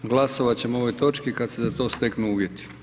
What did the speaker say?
Glasovat ćemo o ovoj točki kada se za to steknu uvjeti.